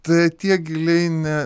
tai tiek giliai ne